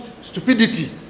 stupidity